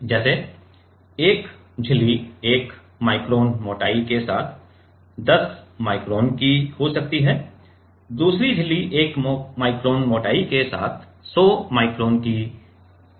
जैसे 1 झिल्ली 1 माइक्रोन मोटाई के साथ 10 माइक्रोन की हो सकती है दूसरी झिल्ली 1 माइक्रोन मोटाई के साथ 100 माइक्रोन की तरह हो सकती है